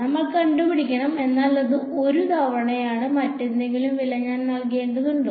നമ്മൾ കണ്ടുപിടിക്കണം എന്നാൽ അത് 1 തവണയാണ് മറ്റെന്തെങ്കിലും വില ഞാൻ നൽകേണ്ടതുണ്ടോ